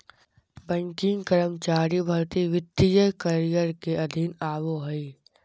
banking कर्मचारी भर्ती वित्तीय करियर के अधीन आबो हय